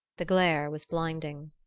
the glare was blinding.